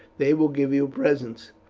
they will give you presents.